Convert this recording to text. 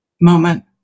moment